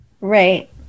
Right